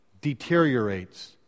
deteriorates